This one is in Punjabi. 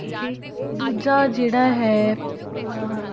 ਇਹ ਦੂਜਾ ਜਿਹੜਾ ਹੈ